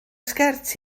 sgert